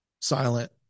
silent